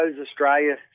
Australia